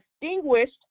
distinguished